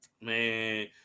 Man